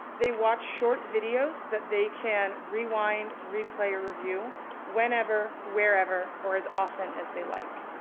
they watch short videos that they can rewind, replay, or review whenever, wherever, or as often as they like.